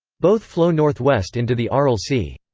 both flow northwest into the aral sea.